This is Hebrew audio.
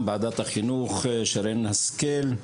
ועדת החינוך שרן השכל,